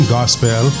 Gospel